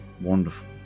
wonderful